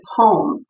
home